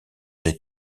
des